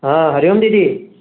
हा हरि ओम दीदी